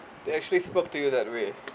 they actually spoke to you that way